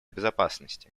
безопасности